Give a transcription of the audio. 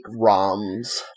ROMs